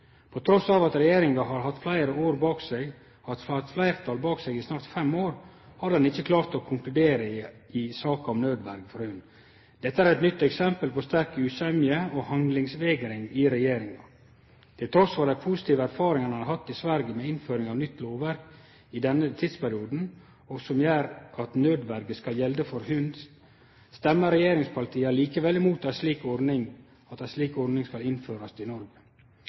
tema. Trass i at regjeringa har hatt fleirtal bak seg i snart fem år, har ho ikkje klart å konkludere i saka om naudverje for hund. Dette er eit nytt eksempel på sterk usemje og handlingsvegring i regjeringa. Trass i dei positive erfaringane ein har hatt i Sverige med innføring av nytt lovverk i denne tidsperioden, og som gjer at naudverje skal gjelde for hund, stemmer regjeringspartia likevel mot at ei slik ordning skal innførast i Noreg.